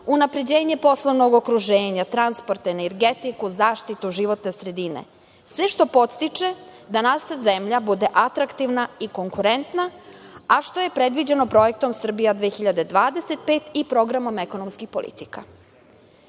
unapređenje poslovnog okruženja, transport i energetiku, zaštitu životne sredine, sve što podstiče da naša zemlja bude atraktivna i konkurentna, a što je predviđeno projektom „Srbija 2025“ i Programom ekonomskih politika. Želela